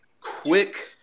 quick –